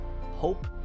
hope